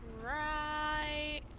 Right